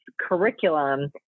curriculum